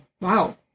Wow